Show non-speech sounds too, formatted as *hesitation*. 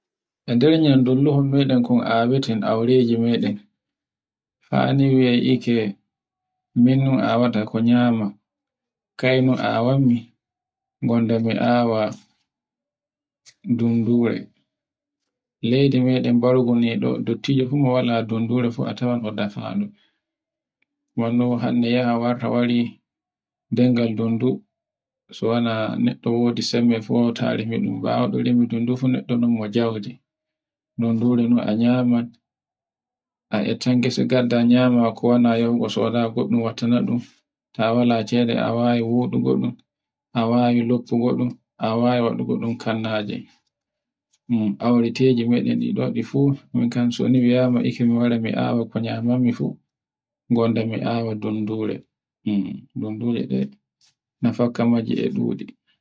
E nder nyamdu ndu kon awete, aureje meɗen. Fani e wiete min un awata ko nyama, kayno awanmi, gonda mi awa dundure. Leydi meɗen e bargu dottijo ɗo fu mo wala dundure fu a tawai e dafaɗo. Hande yaha warta wari, nden gal dundu, to wala neɗɗo wodi sembe fu hawtayi bawo ndun remi fu neɗɗo fu mo jawje, dundure ndu a nyama, a etan gese ngadda nyame ko wana nyaune soda ngoɗɗun ngaɗɗa no ɗum. ta wala cede a wawi wuɗu goɗu, a wani noɗɗ goɗu godun kannaje. aureteje meɗen ni ɗ de fu min kam so ni mi yiay mi wara mi awa ko nyamaimi fu, gonda mi awa dundure *hesitation* dundure ɗe nefakka maji e ɗuɗi.